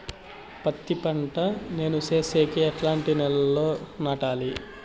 పత్తి పంట ను సేసేకి ఎట్లాంటి నేలలో నాటాలి?